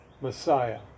Messiah